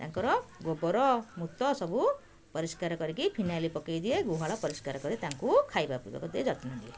ତାଙ୍କର ଗୋବର ମୂତ ସବୁ ପରିଷ୍କାର କରିକି ଫିନାଇଲ୍ ପକେଇ ଦିଏ ଗୁହାଳ ପରିଷ୍କାର କରି ତାଙ୍କୁ ଖାଇବା ପିଇବାକୁ ଦେଇ ଯତ୍ନ ନିଏ